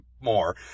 more